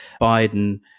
Biden